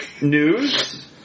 news